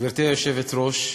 אברהם ישעיהו קרליץ,